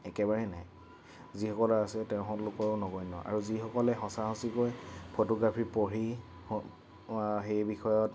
একেবাৰেই নাই যিসকলৰ আছে তেওঁলোকৰো নগন্য আৰু যিসকলে সঁচা সঁচিকৈ ফটোগ্ৰাফী পঢ়ি সেই বিষয়ত